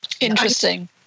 Interesting